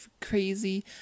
crazy